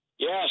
Yes